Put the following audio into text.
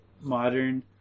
modern